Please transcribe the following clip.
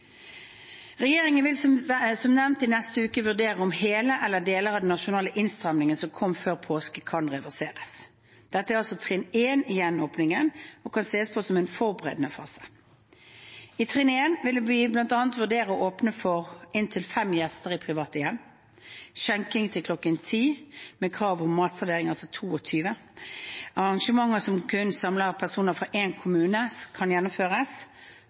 Regjeringen vil som nevnt i neste uke vurdere om hele eller deler av den nasjonale innstramningen som kom før påske, kan reverseres. Dette er trinn 1 i gjenåpningen og kan ses på som en forberedende fase. I trinn 1 vil vi bl.a. vurdere å åpne for: inntil fem gjester i private hjem skjenking til kl. 22, med krav om matservering at arrangementer som kun samler personer fra én kommune, kan gjennomføres